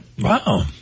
Wow